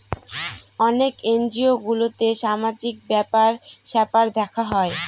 অনেক এনজিও গুলোতে সামাজিক ব্যাপার স্যাপার দেখা হয়